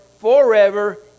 forever